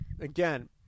again